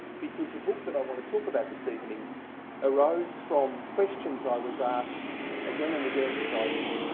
because the book that i want to talk about this evening arose from questions i was asked again and again as i was